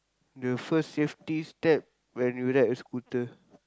the first safety step when you ride a scooter